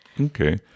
Okay